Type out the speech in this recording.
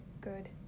good